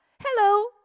Hello